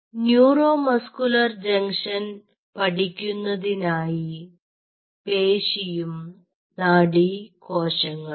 neuro muscular junction പഠിക്കുന്നതിനായി പേശിയും നാഡീകോശങ്ങളും